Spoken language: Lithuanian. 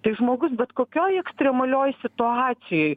tai žmogus bet kokioj ekstremalioj situacijoj